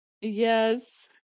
Yes